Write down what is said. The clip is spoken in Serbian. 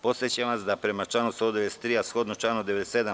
Podsećam vas da, prema članu 193, a shodno članu 97.